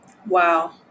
Wow